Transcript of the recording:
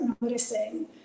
noticing